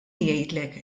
jgħidlek